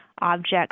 objects